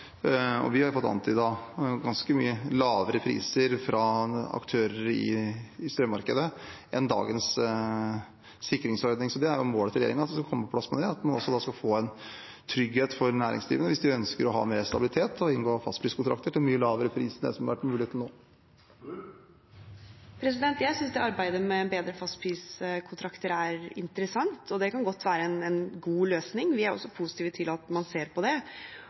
skal komme på plass, men også at vi skal få en trygghet for næringsdrivende hvis de ønsker å ha mer stabilitet og inngå fastpriskontrakter til en mye lavere pris enn det som har vært mulig til nå. Jeg synes at arbeidet med bedre fastpriskontrakter er interessant, og det kan godt være en god løsning. Vi er også positive til at man ser på det.